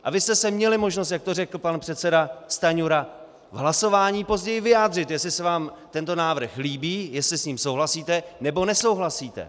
A vy jste se měli možnost, jak to řekl pan předseda Stanjura, v hlasování později vyjádřit, jestli se vám tento návrh líbí, jestli s ním souhlasíte, nebo nesouhlasíte.